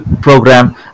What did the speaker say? program